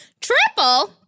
Triple